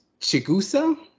Chigusa